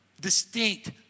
distinct